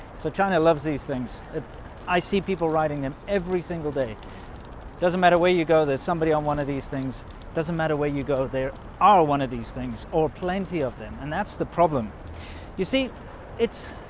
china loves these things i see people riding them every single day doesn't matter where you go? there's somebody on one of these things doesn't matter where you go there are one of these things or plenty of them and that's the problem you see it's